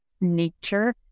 nature